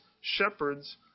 shepherds